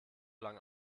lang